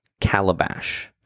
calabash